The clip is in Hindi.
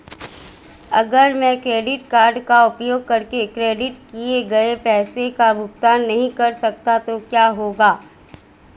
अगर मैं क्रेडिट कार्ड का उपयोग करके क्रेडिट किए गए पैसे का भुगतान नहीं कर सकता तो क्या होगा?